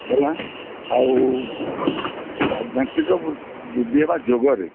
ଗଲା ଆଉ ଆଧ୍ୟାତ୍ମିକ ବୃ ବୃଦ୍ଧି ହେବା ଯୋଗରେ